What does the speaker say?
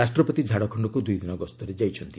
ରାଷ୍ଟ୍ରପତି ଝାଡ଼ଖଶ୍ରକୁ ଦୁଇ ଦିନ ଗସ୍ତରେ ଯାଇଛନ୍ତି